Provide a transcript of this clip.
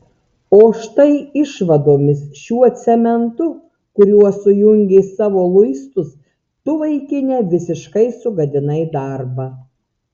o štai išvadomis šiuo cementu kuriuo sujungei savo luistus tu vaikine visiškai sugadinai darbą